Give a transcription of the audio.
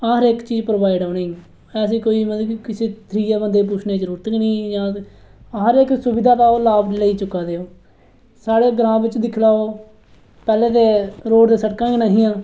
हर इक चीज प्रोवाइड ऐ उ'नेंई ऐसी कोई मतलब की किसै त्रिये बंदे ई पुच्छने दी जरूरत निं ऐ जां हर इक सुविधा दा ओह् लाभ ओह् लेई चुका दे न साढ़े ग्रांऽ बेच दिक्खी लैओ पैह्ले ते रोड़ ते सड़कां नेईं हियां